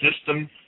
system